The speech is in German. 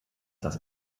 das